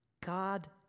God